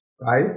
right